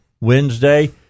Wednesday